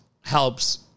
helps